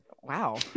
wow